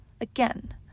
Again